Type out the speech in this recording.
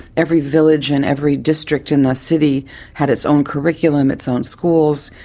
every village and every district in the city had its own curriculum, its own schools.